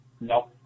Nope